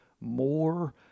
more